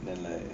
and then like